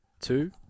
two